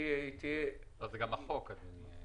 זה גם בחוק, אדוני.